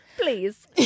please